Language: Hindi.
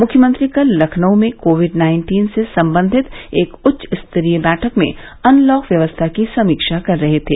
मख्यमंत्री कल लखनऊ में कोविड नाइन्टीन से संबंधित एक उच्चस्तरीय बैठक में अनलॉक व्यवस्था की समीक्षा कर रहे थे